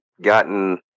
gotten